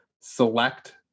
select